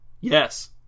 Yes